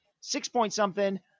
six-point-something